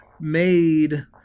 made